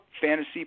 fantasy